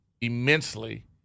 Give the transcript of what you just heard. immensely